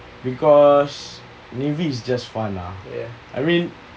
because navy is just fun lah I mean